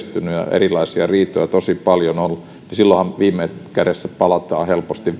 erilaisia riitoja on tosi paljon niin silloinhan viime kädessä palataan helposti